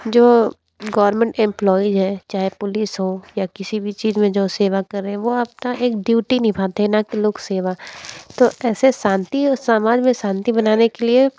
जो government employees है चाहे पुलिस हो या किसी भी चीज में जो सेवा करे वो आपका एक ड्यूटी निभाते हैं ना कि लोक सेवा तो ऐसे शांति और समाज में शांति बनाने के लिए